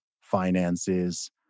finances